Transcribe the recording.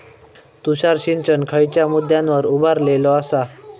तुषार सिंचन खयच्या मुद्द्यांवर उभारलेलो आसा?